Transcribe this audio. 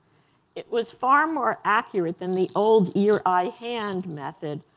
it was far more accurate than the old ear eye hand method,